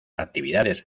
actividades